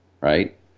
right